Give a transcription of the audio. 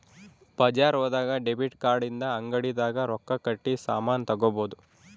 ಬಜಾರ್ ಹೋದಾಗ debit card ಇಂದ ಅಂಗಡಿ ದಾಗ ರೊಕ್ಕ ಕಟ್ಟಿ ಸಾಮನ್ ತಗೊಬೊದು